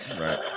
Right